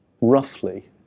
roughly